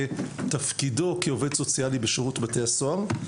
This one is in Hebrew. תפקידו כעובד סוציאלי בשירות בתי הסוהר.